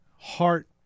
heart